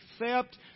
accept